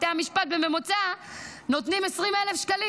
בתי המשפט בממוצע נותנים 20,000 שקלים.